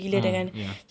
mm ya